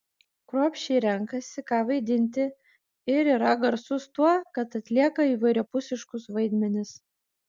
kruopščiai renkasi ką vaidinti ir yra garsus tuo kad atlieka įvairiapusiškus vaidmenis